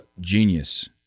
Genius